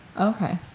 okay